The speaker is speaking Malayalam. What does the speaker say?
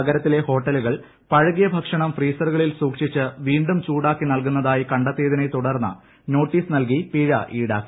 നഗരത്തിലെ ഹോട്ടലുകൾ പഴകിയ ഭക്ഷണം ഫ്രീസറുകളിൽ സൂക്ഷിച്ചു വീണ്ടും ചൂടാക്കി നൽകുന്നതായി കണ്ടെത്തിയതിനെ തുടർന്ന് നോട്ടീസ് നൽകി പിഴ ഈടാക്കി